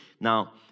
Now